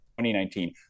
2019